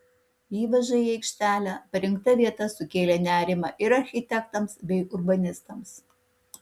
įvažai į aikštelę parinkta vieta sukėlė nerimą ir architektams bei urbanistams